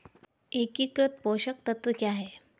एकीकृत पोषक तत्व क्या है?